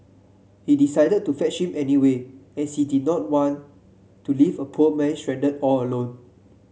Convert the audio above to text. he decided to fetch him anyway as he did not want to leave a poor man stranded all alone